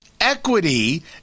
Equity